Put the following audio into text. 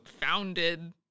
founded